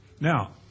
Now